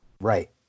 Right